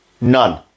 None